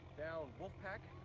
down wolf pack,